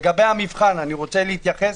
לגבי המבחן אני רוצה להתייחס,